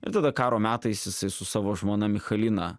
ir tada karo metais jisai su savo žmona michalina